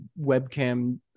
webcam